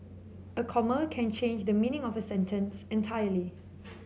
a comma can change the meaning of a sentence entirely